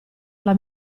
alla